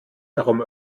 darum